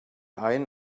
einen